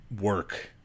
work